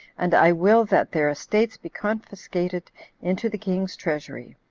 and i will that their estates be confiscated into the king's treasury.